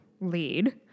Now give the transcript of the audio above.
lead